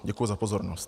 Děkuji za pozornost.